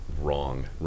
wrong